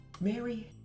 Mary